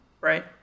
Right